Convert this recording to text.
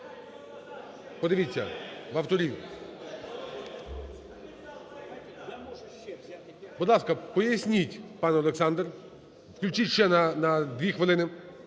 Подивіться, в авторів. Будь ласка, поясніть, пан Олександр. Включіть ще на 2 хвилини.